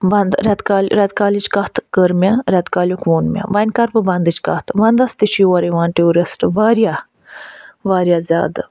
وَنٛدٕ رٮ۪تہٕ کالہِ رٮ۪تہٕ کالِچ کَتھ کٔر مےٚ رٮ۪تہٕ کالیُک ووٚن مےٚ وۄنۍ کَرٕ بہٕ وَنٛدٕچ کَتھ وَنٛدَس تہِ چھِ یور یِوان ٹوٗرسٹ واریاہ واریاہ زیادٕ